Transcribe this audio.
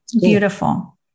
beautiful